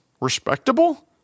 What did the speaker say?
Respectable